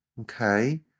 Okay